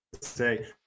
say